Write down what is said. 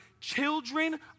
children